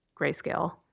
grayscale